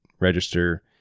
register